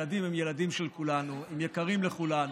הילדים הם ילדים של כולנו, הם יקרים לכולנו.